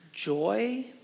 Joy